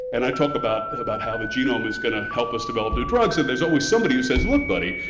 and i talk about about how the genome is going to help us develop new drugs, and there's always somebody who says, look, buddy.